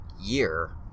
year